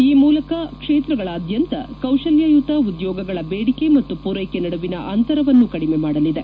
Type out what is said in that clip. ಈ ಮೂಲಕ ಕ್ಷೇತ್ರಗಳಾದ್ಯಂತ ಕೌಶಲ್ಯಯತ ಉದ್ಯೋಗಗಳ ದೇಡಿಕೆ ಮತ್ತು ಪೂರೈಕೆ ನಡುವಿನ ಅಂತರವನ್ನು ಕಡಿಮೆ ಮಾಡಲಿದೆ